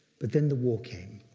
but then the war came.